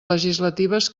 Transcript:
legislatives